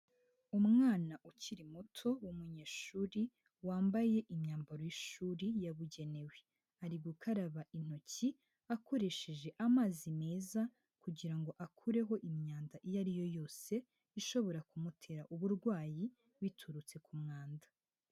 Umwana ukiri muto w'umunyeshuri wambaye imyambaro y'ishuri yabugenewe, ari gukaraba intoki akoresheje amazi meza kugira ngo akureho imyanda iyo ari yo yose ishobora kumutera uburwayi biturutse ku mwanda.